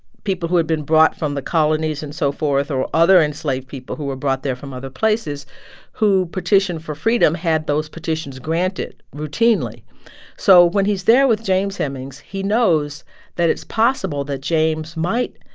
people who had been brought from the colonies and so forth or other enslaved people who were brought there from other places who petitioned for freedom had those petitions granted routinely so when he's there with james hemings, he knows that it's possible that james might,